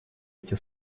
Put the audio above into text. эти